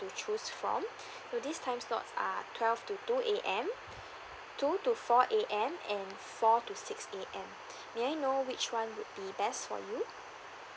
to choose from so these time slots are twelve to two A_M two to four A_M and four to six A_M may I know which one would be best for you